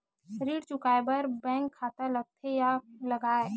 ऋण चुकाए बार बैंक खाता लगथे या नहीं लगाए?